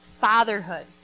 fatherhood